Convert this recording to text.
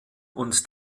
und